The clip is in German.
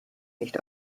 nicht